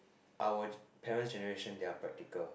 our parents' generation they are practical